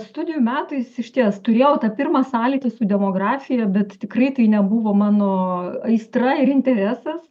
studijų metais išties turėjau tą pirmą sąlytį su demografija bet tikrai tai nebuvo mano aistra ir interesas